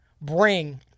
bring